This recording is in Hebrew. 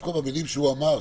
דווקא במילים שהוא אמר,